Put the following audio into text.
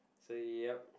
so yup